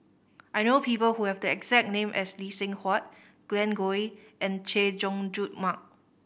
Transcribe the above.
I know people who have the exact name as Lee Seng Huat Glen Goei and Chay Jung Jun Mark